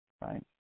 right